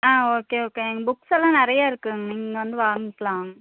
ஆ okay okay இங்கே புக்ஸ்லாம் நிறையா இருக்குங்க நீங்கள் வந்து வாங்கிக்கலாம்